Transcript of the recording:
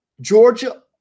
Georgia